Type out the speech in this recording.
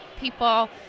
people